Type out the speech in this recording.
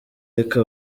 reka